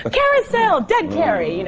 carousel! dead carrie, you know,